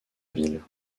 ville